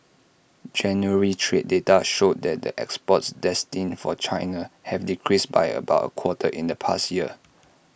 January's trade data showed that exports destined for China have decreased by about A quarter in the past year